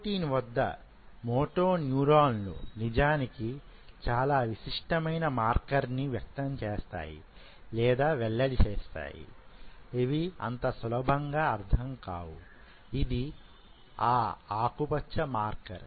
E14 వద్ద motor న్యూరాన్లు నిజానికి చాలా విశిష్టమైన మార్కర్ని వ్యక్తం చేస్తాయి లేదా వెల్లడిస్తాయి ఇవి అంత సులభంగా అర్థం కావు ఇది ఆ ఆకుపచ్చ మార్కర్